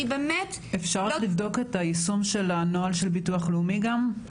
אפשר לבדוק את היישום של הנוהל של ביטוח לאומי גם?